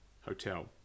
hotel